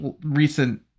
recent